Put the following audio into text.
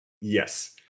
Yes